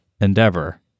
endeavor